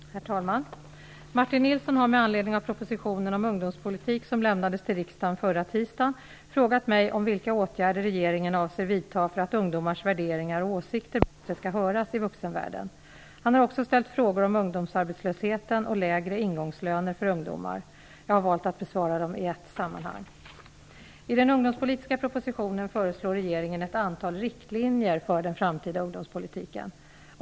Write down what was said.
Herr talman! Martin Nilsson har med anledning av propositionen om ungdomspolitik som lämnades till riksdagen förra tisdagen frågat mig vilka åtgärder regeringen avser vidta för att ungdomars värderingar och åsikter bättre skall höras i vuxenvärlden. Han har också ställt frågor om ungdomsarbetslösheten och lägre ingångslöner för ungdomar. Jag har valt att besvara dem i ett sammanhang. I den ungdomspolitiska propositionen föreslår regeringen ett antal riktlinjer för den framtida ungdomspolitiken.